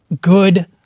good